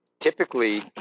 Typically